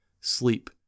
sleep